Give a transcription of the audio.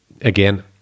Again